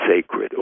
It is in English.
sacred